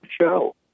show